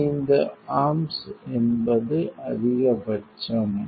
25 amps என்பது அதிகபட்சம்